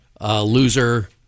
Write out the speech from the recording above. loser